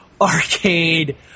arcade